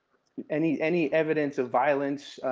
any any evidence of violence,